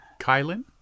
Kylan